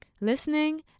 Listening